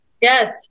Yes